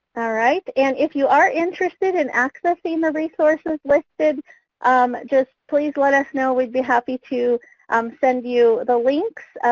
and if you are interested in accessing the resources listed um just please let us know we'd be happy to um send you the links.